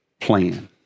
plan